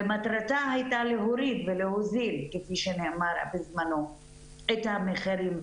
ומטרתה הייתה להוריד ולהוזיל כפי שנאמר בזמנו את המחירים,